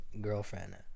girlfriend